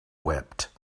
wept